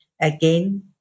again